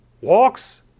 walks